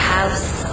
House